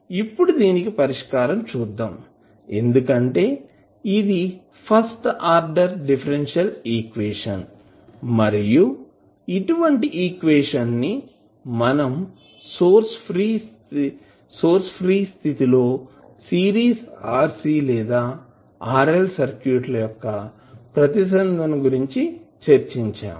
ఇప్పుడు దీనికి పరిష్కారం చూద్దాం ఎందుకంటే ఇది ఫస్ట్ ఆర్డర్ డిఫరెన్షియల్ ఈక్వేషన్ మరియు ఇటువంటి ఈక్వేషన్ ను మనం సోర్స్ ఫ్రీ స్థితి లో సిరీస్ RC లేదా RL సర్క్యూట్ ల యొక్క ప్రతిస్పందన గురించి చర్చించాము